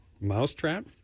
Mousetrap